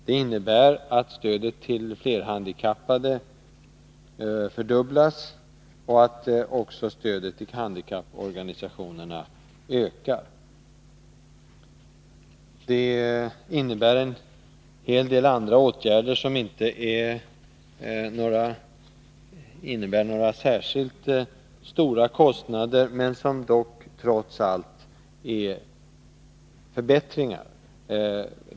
Det innebär att stödet till flerhandikappade fördubblas och att stödet till handikapporganisationerna ökar. Därtill kommer en hel del andra åtgärder som inte innebär några särskilt stora kostnader men som trots allt är förbättringar.